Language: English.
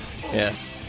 Yes